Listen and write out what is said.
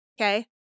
Okay